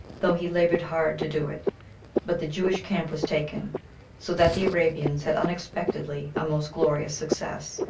though he labored hard to do it but the jewish camp was taken so that the arabians had unexpectedly a most glorious success,